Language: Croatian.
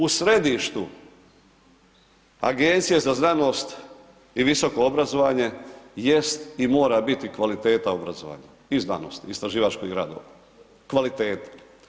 U središtu Agencije za znanost i visoko obrazovanje jest i mora biti kvaliteta obrazovanja i znanosti i istraživačkih radova, kvalitete.